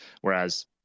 Whereas